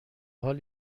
حال